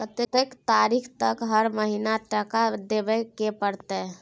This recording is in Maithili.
कत्ते तारीख तक हर महीना टका देबै के परतै?